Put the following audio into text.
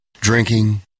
Drinking